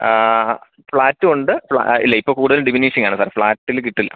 ആ ഫ്ലാറ്റും ഉണ്ട് ഇല്ല ഇപ്പം കൂടുതൽ ഡിവിനൈസിംഗാണ് സാറെ ഫ്ലാറ്റിൽ കിട്ടില്ല